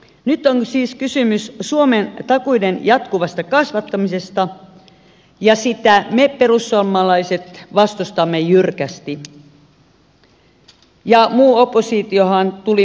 nyt on siis kysymys suomen takuiden jatkuvasta kasvattamisesta ja sitä me perussuomalaiset vastustamme jyrkästi ja muu oppositiohan tuli mukaan myös